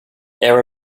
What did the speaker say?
air